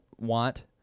want